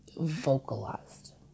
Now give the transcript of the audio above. vocalized